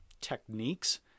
techniques